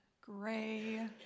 gray